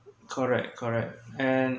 correct correct and